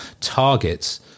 targets